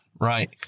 right